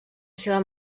seva